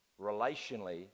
relationally